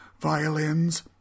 violins